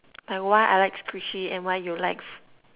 like why I like squishy and why you like